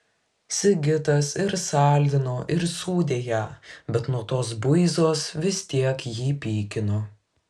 sigitas ir saldino ir sūdė ją bet nuo tos buizos vis tiek jį pykino